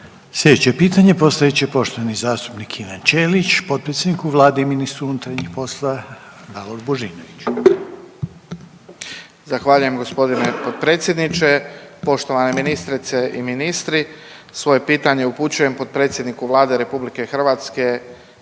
Slijedeće pitanje postavit će poštovani zastupnika Ivan Ćelić potpredsjedniku vlade i ministru unutarnjih poslova Davoru Božinoviću. **Ćelić, Ivan (HDZ)** Zahvaljujem g. potpredsjedniče. Poštovane ministrice i ministri, svoje pitanje upućujem potpredsjedniku Vlade RH i ministru